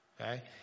Okay